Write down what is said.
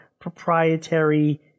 proprietary